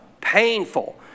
Painful